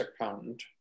accountant